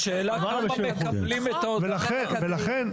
השאלה